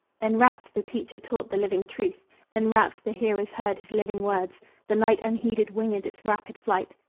enwrapt the teacher taught the living truth enwrapt the hearers heard his living words the night unheeded winged its rapid flight,